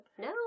no